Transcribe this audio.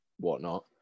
whatnot